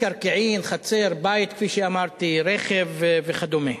מקרקעין, חצר, בית, כפי שאמרתי רכב וכדומה.